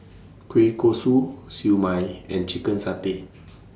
Kueh Kosui Siew Mai and Chicken Satay